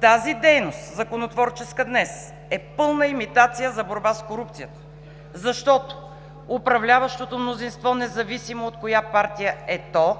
Тази законотворческа дейност днес е пълна имитация за борба с корупцията, защото управляващото мнозинство, независимо от коя партия е то,